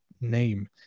name